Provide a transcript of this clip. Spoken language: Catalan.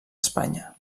espanya